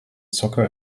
soccer